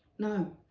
no.